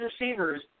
receivers